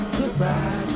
goodbye